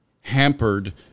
hampered